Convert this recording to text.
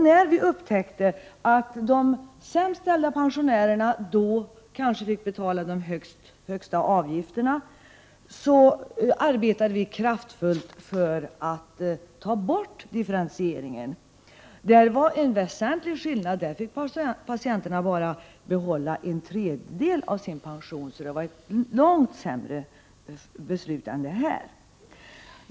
När vi upptäckte att de sämst ställda pensionärerna då fick betala de högsta avgifterna, så arbetade vi kraftfullt för att ta bort differentieringen. Där var en väsentlig skillnad att pensionärerna fick behålla bara en tredjedel av sin pension, så det var ett långt sämre beslut än detta.